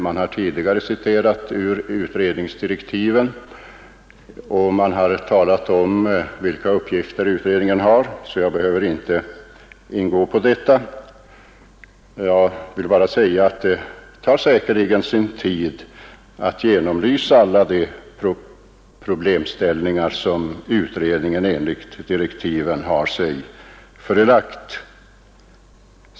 Det har tidigare från denna talarstol citerats ur utredningsdirektiven, och det har talats om vilka uppgifter utredningen har, så jag behöver inte ingå på detta. Jag vill bara säga att det säkerligen tar sin tid att genomlysa alla de problem som utredningen enligt direktiven har sig förelagda.